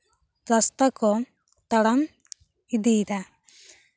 ᱨᱟᱥᱛᱟ ᱠᱚ ᱛᱟᱲᱟᱢ ᱤᱫᱤᱭᱮᱫᱟ